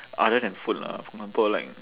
other than food lah for example like